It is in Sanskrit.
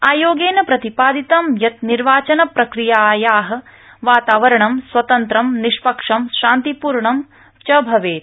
आयोगेन प्रतिपादितम् यत् निर्वाचन प्रक्रियाया वातावरण स्वतन्त्रं निष्पक्षं शान्तिपूर्वकं च भवेत्